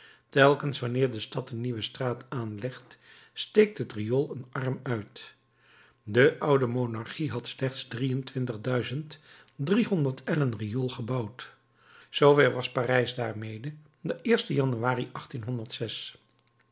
telkens wanneer de stad een nieuwe straat aanlegt steekt het riool een arm uit de oude monarchie had slechts drie-en-twintig duizend driehonderd ellen riool gebouwd zoo ver was parijs daarmede de januari